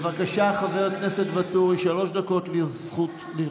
בבקשה, חבר הכנסת ואטורי, שלוש דקות לרשותך.